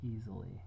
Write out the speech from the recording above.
easily